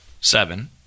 seven